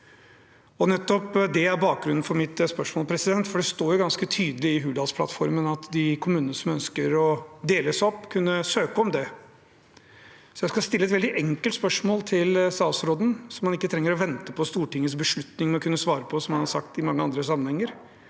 det er bakgrunnen for mitt spørsmål, for det står jo ganske tydelig i Hurdalsplattformen at de kommunene som ønsker å dele seg opp, skal kunne søke om det. Jeg skal stille et veldig enkelt spørsmål til statsråden, som han ikke trenger å vente på Stortingets beslutning med å kunne svare på, som han har sagt i mange andre sammenhenger: